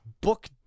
book